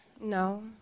No